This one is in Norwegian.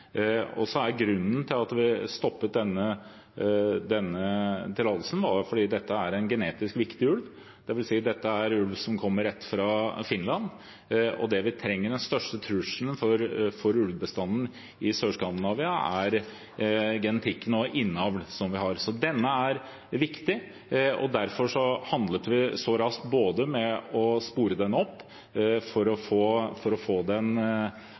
en genetisk viktig ulv fordi dette er en ulv som kommer rett fra Finland, og det trenger vi. Den største trusselen for ulvebestanden i Sør-Skandinavia er genetikken og innavl. Så denne ulven er viktig, og derfor handlet vi så raskt med å spore den opp for å få den merket og også flyttet inn i området ved Kongsvinger. Og etter undersøkelse er det jo ikke bare å plassere den